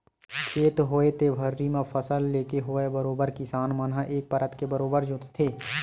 खेत होवय ते भर्री म फसल लेके होवय बरोबर किसान मन ह एक परत के बरोबर जोंतथे